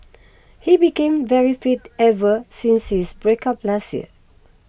he became very fit ever since his break up last year